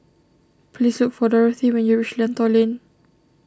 please look for Dorathy when you reach Lentor Lane